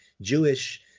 Jewish